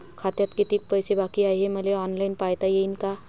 खात्यात कितीक पैसे बाकी हाय हे मले ऑनलाईन पायता येईन का?